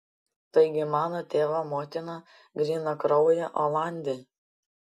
taigi mano tėvo motina grynakraujė olandė